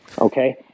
Okay